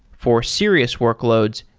for serious workloads,